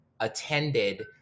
attended